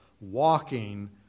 walking